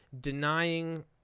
denying